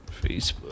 Facebook –